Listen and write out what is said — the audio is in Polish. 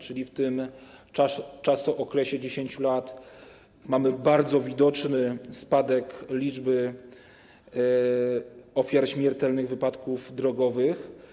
Czyli w tym czasookresie 10 lat nastąpił bardzo widoczny spadek liczby ofiar śmiertelnych wypadków drogowych.